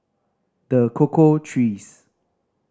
The Cocoa Trees